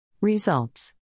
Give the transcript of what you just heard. Results